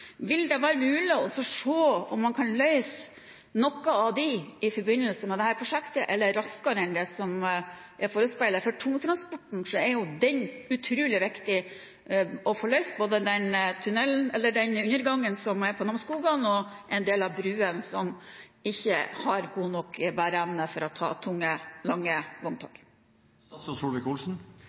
om man kan løse noe av det i forbindelse med dette prosjektet raskere enn det som er forespeilet? For tungtransporten er dette utrolig viktig å få løst, både undergangen på Namsskogan og en del av bruene, som ikke har god nok bæreevne til å ta tunge, lange